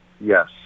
yes